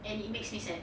and it makes me sad